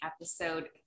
episode